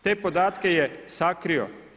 Te podatke je sakrio.